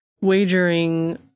wagering